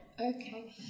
okay